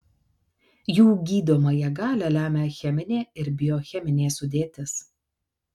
jų gydomąją galią lemia cheminė ir biocheminė sudėtis